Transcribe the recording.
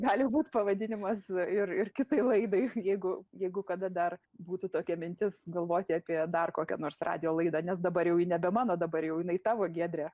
gali būt pavadinimas ir ir kitai laidai jeigu jeigu kada dar būtų tokia mintis galvoti apie dar kokią nors radijo laidą nes dabar jau ji nebe mano dabar jau jinai tavo giedre